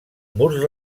murs